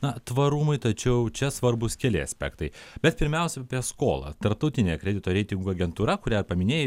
na tvarumui tačiau čia svarbūs keli aspektai bet pirmiausia apie skolą tarptautinė kredito reitingų agentūra kurią paminėjai